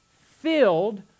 filled